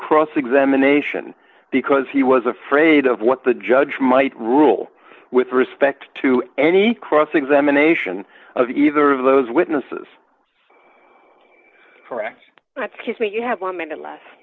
cross examination because he was afraid of what the judge might rule with respect to any cross examination of either of those witnesses correct that's kiss me you have one minute l